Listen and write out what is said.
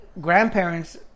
grandparents